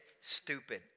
stupid